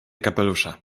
kapelusza